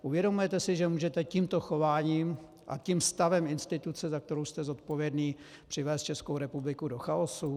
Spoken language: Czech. Uvědomujete si, že můžete tímto chováním a tím stavem instituce, za kterou jste zodpovědný, přivést Českou republiku do chaosu?